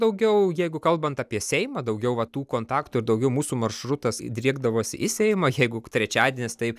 daugiau jeigu kalbant apie seimą daugiau va tų kontaktų ir daugiau mūsų maršrutas driekdavosi į seimą jeigu trečiadienis taip